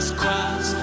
cross